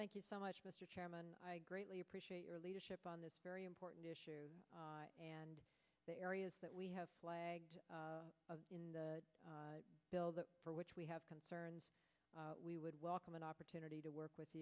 thank you so much mr chairman i greatly appreciate your leadership on this very important issue and the areas that we have in the bill that for which we have concerns we would welcome an opportunity to work with